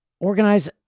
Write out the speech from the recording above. organize